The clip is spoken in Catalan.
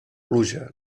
pluja